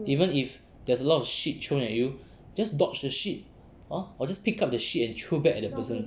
even if there is a lot of shit throwing at you just dodge the shit hor or just pick up the shit and throw back at the person